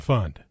Fund